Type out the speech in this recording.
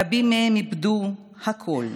רבים מהם איבדו הכול,